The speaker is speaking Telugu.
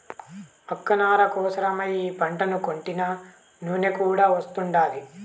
అక్క నార కోసరమై ఈ పంటను కొంటినా నూనె కూడా వస్తాండాది